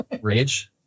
Rage